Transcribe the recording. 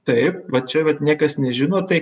taip vat čia vat niekas nežino tai